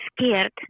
scared